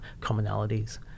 commonalities